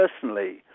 personally